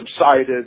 subsided